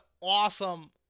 awesome